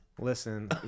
Listen